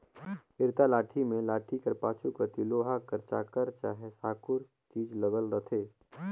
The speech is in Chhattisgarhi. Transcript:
इरता लाठी मे लाठी कर पाछू कती लोहा कर चाकर चहे साकुर चीज लगल रहथे